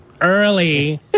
early